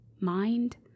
mind